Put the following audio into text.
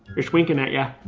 it's winking at yeah